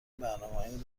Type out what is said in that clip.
برنامههای